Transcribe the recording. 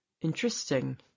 Interesting